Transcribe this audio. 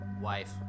wife